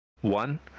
one